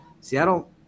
Seattle